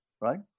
right